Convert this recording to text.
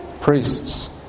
priests